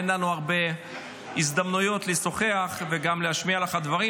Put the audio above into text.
אין לנו הרבה הזדמנויות לשוחח וגם להשמיע לך דברים,